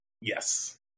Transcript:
yes